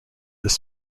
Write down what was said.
this